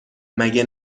مگه